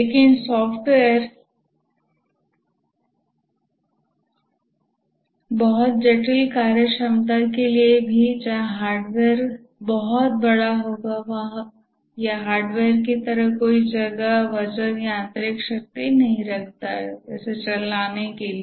लेकिन सॉफ्टवेयर बहुत जटिल कार्यक्षमता के लिए भी जहां हार्डवेयर बहुत बड़ा होगा यह हार्डवेयर की तरह कोई जगह वजन या आंतरिक शक्ति नहीं रखता है इसे चलने के लिए